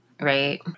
Right